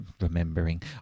remembering